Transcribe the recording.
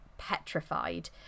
petrified